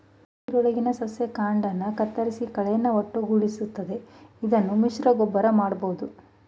ನೀರೊಳಗಿನ ಸಸ್ಯ ಕಾಂಡನ ಕತ್ತರಿಸಿ ಕಳೆನ ಒಟ್ಟುಗೂಡಿಸ್ತದೆ ಇದನ್ನು ಮಿಶ್ರಗೊಬ್ಬರ ಮಾಡ್ಬೋದು